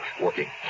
Working